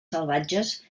salvatges